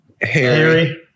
harry